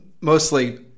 mostly